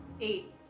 Eight